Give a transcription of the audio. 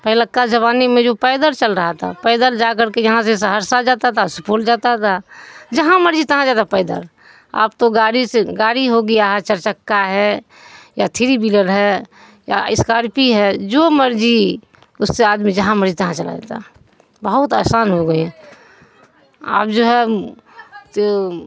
پہلے کا زمانے میں جو پیدل چل رہا تھا پیدل جا کر کے یہاں سے سہرسہ جاتا تھا سپول جاتا تھا جہاں مرضی تہاں جاتا پیدل اب تو گاڑی سے گاڑی ہو گیا ہے چار چکا ہے یا تھری ویلر ہے یا اسکارپی ہے جو مرضی اس سے آدمی جہاں مرضی تہاں چلا جاتا ہے بہت آسان ہو گئی ہے اب جو ہے تو